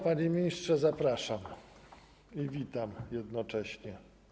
Panie ministrze, zapraszam i witam jednocześnie.